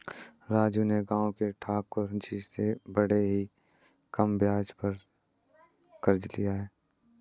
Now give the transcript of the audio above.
राजू ने गांव के ठाकुर जी से बड़े ही कम ब्याज दर पर कर्ज लिया